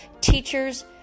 teachers